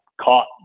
caught